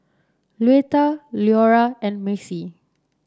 Luetta Leora and Macie